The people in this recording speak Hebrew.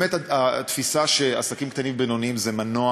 התפיסה היא שעסקים קטנים ובינוניים זה מנוע